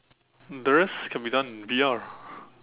this can be done V_R